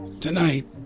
tonight